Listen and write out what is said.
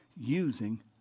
using